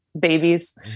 babies